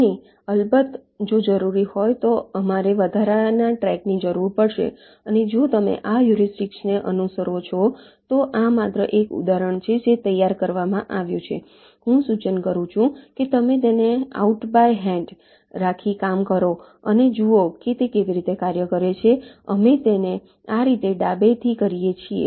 અને અલબત્ત જો જરૂરી હોય તો અમારે વધારાના ટ્રેકની જરૂર પડશે અને જો તમે આ હ્યુરિસ્ટિક્સને અનુસરો છો તો આ માત્ર એક ઉદાહરણ છે જે તૈયાર કરવામાં આવ્યું છે હું સૂચન કરું છું કે તમે તેને આઉટ બાય હૅન્ડ રાખી કામ કરો અને જુઓ કે તે કેવી રીતે કાર્ય કરે છે અમે તેને આ રીતે ડાબે થી કરીએ છીએ